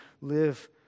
live